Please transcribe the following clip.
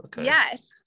Yes